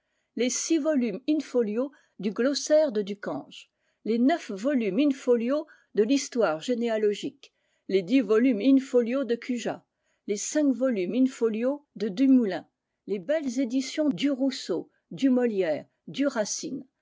les six volumes in-folio du glossaire de ducange les neuf volumes in-folio de l'histoire généalogique les dix volumes in-folio de cujas les cinq volumes in-folio de dumoulin les belles éditions du rousseau du molière du racine